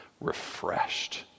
refreshed